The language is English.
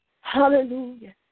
Hallelujah